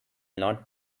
not